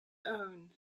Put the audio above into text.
own